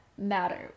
matter